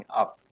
up